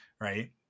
right